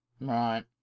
Right